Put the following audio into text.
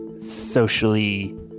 socially